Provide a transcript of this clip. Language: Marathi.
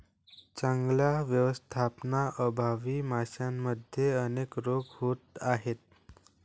चांगल्या व्यवस्थापनाअभावी माशांमध्ये अनेक रोग होत आहेत